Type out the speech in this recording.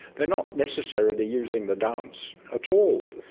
they are not necessarily using the dance at all.